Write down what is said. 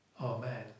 Amen